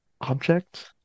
object